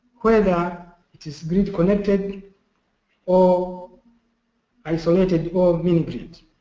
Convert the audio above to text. whether it is grid connected or isolated or mini grid.